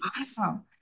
awesome